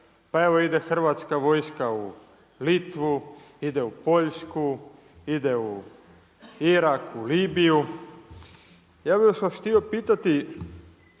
pa evo ide hrvatska vojska u Litvu, ide u Poljsku, ide u Irak, Libiju, ja bi vas htio pitati,